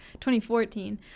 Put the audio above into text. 2014